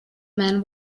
man